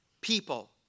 people